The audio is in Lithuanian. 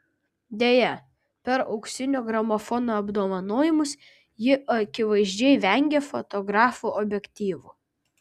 deja per auksinio gramofono apdovanojimus ji akivaizdžiai vengė fotografų objektyvų